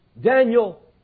Daniel